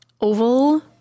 oval